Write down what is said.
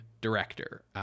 director